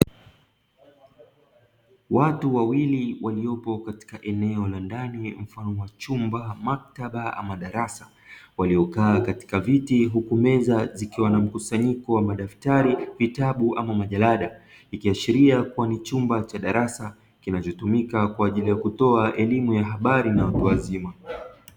Watu wawili waliopo katika eneo la ndani, mfano wa chumba cha maktaba au darasa, waliokaa katika viti, huku meza zikiwa na mkusanyiko wa madaftari na vitabu au majarida; ikiashiria kuwa ni chumba cha darasa kinachotumika kwa ajili ya kutoa elimu ya habari na watu wazima.